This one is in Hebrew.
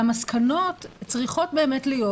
והמסקנות צריכות באמת להיות,